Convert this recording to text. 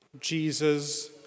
Jesus